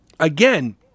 Again